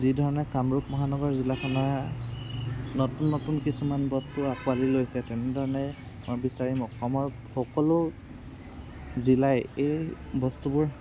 যি ধৰণে কামৰূপ মহানগৰ জিলাখনে নতুন নতুন কিছুমান বস্তু আঁকোৱালি লৈছে তেনেধৰণে মই বিচাৰিম অসমৰ সকলো জিলাই এই বস্তুবোৰ